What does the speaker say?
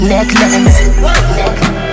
Necklace